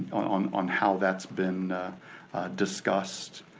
on on how that's been discussed.